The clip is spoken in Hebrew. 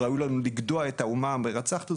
ראוי לנו לגדוע את האומה המרצחת הזו.